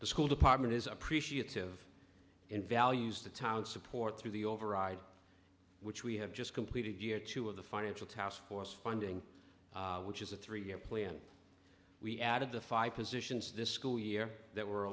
the school department is appreciative in values the town support through the override which we have just completed year two of the financial taskforce funding which is a three year plan we added the five positions this school year that were a